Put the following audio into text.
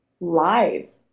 lives